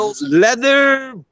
leather